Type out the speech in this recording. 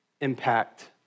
impact